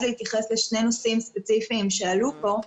להתייחס לשני נושאים ספציפיים שעלו פה.